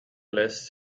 lässt